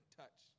touch